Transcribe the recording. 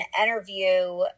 interview